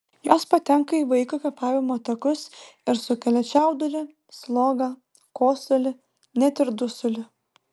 jos patenka į vaiko kvėpavimo takus ir sukelia čiaudulį slogą kosulį net ir dusulį